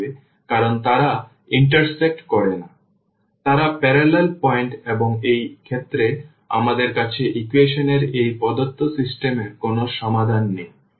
সুতরাং তারা parallel point এবং এই ক্ষেত্রে আমাদের কাছে ইকুয়েশন এর এই প্রদত্ত সিস্টেম এর কোনও সমাধান নেই